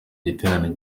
giterane